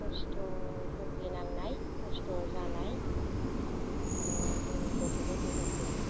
खस्थ' भुगिनांनाय खस्थ' जानाय आरो जोंनि गथ' गथायफोरखौ